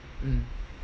mm